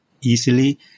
easily